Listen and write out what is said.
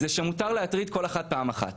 זה שמותר להטריד כל אחת פעם אחת